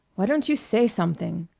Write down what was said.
why don't you say something?